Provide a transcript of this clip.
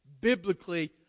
biblically